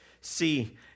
See